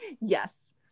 yes